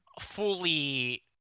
fully